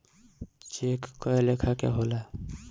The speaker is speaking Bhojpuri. चेक कए लेखा के होला